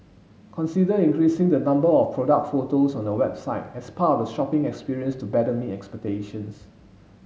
consider increasing the number of product photos on your website as part of the shopping experience to better meet expectations